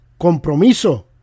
compromiso